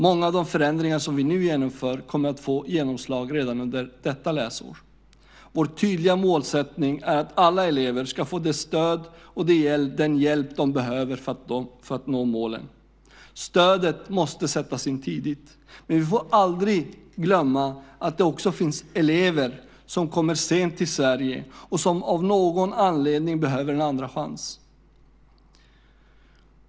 Många av de förändringar som vi nu genomför kommer att få genomslag redan under detta läsår. Vår tydliga målsättning är att alla elever ska få det stöd och den hjälp som de behöver för att nå målen. Stödet måste sättas in tidigt. Men vi får aldrig glömma att det också finns elever som kommer sent till Sverige och som av någon anledning behöver en andra chans.